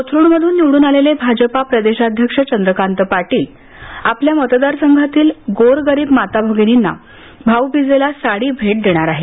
कोथरूड मध्न निवड्न आलेले भाजपा प्रदेशाध्यक्ष चंद्रकांत पाटिल आपल्या मतदारसंघातील गोर गरिब माता भगिनींना भाऊबिजेला साडी भेट देणार आहेत